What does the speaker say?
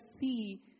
see